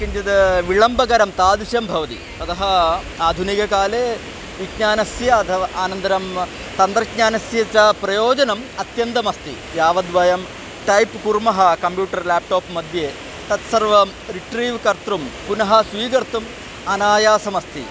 किञ्चिद् विलम्बकरं तादृशं भवति अतः आधुनिककाले विज्ञानस्य अथवा अनन्तरं तन्त्रज्ञानस्य च प्रयोजनम् अत्यन्तमस्ति यावद्वयं टैप् कुर्मः कम्प्यूटर् लेप्टाप्मध्ये तत्सर्वं रिट्रीव् कर्तुं पुनः स्वीकर्तुम् अनायासमस्ति